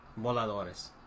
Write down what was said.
voladores